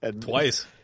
Twice